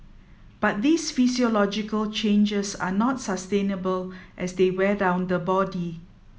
but these physiological changes are not sustainable as they wear down the body